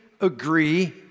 agree